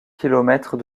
kilomètres